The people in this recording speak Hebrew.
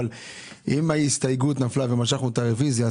אבל אם ההסתייגות נפלה ומשכנו את הרוויזיה,